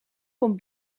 komt